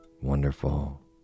wonderful